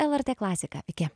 lrt klasika iki